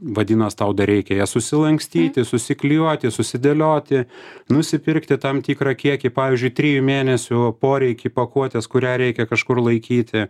vadinas tau dar reikia jas susilankstyti susiklijuoti susidėlioti nusipirkti tam tikrą kiekį pavyzdžiui trijų mėnesių poreikį pakuotes kurią reikia kažkur laikyti